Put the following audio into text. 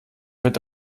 wird